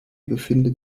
befindet